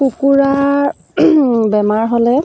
কুকুুৰাৰ বেমাৰ হ'লে